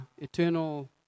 eternal